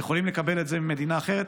הם יכולים לקבל את זה ממדינה אחרת,